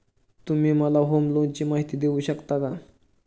तुम्ही मला होम लोनची माहिती देऊ शकता का?